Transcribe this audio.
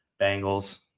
Bengals